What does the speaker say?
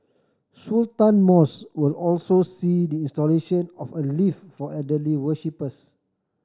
Sultan Mosque will also see the installation of a lift for elderly worshippers